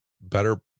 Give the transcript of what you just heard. better